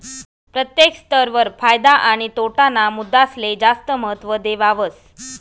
प्रत्येक स्तर वर फायदा आणि तोटा ना मुद्दासले जास्त महत्व देवावस